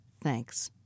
Thanks